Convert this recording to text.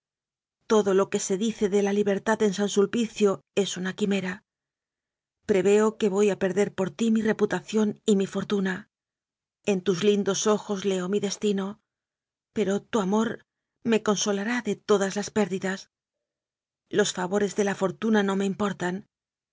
todo lo que se dice de la libertad e n san sulpicio es una quimera preveo que voy a perder por ti mi reputación y mi fortuna en tus lindos ojos leo mi destino pero tu amor me con solará de todas las pérdidas los favores de la fortuna no me importan